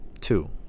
Two